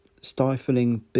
stifling